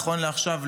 נכון לעכשיו,